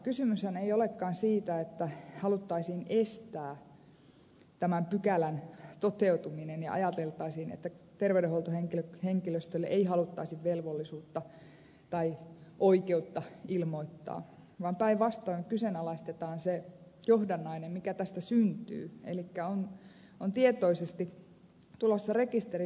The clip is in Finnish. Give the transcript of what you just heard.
kysymyshän ei olekaan siitä että haluttaisiin estää tämän pykälän toteutuminen ja ajateltaisiin että terveydenhuoltohenkilöstölle ei haluttaisi velvollisuutta tai oikeutta ilmoittaa vaan päinvastoin kyseenalaistetaan se johdannainen mikä tästä syntyy elikkä on tietoisesti tulossa rekisteri